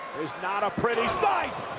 is not a pretty sight.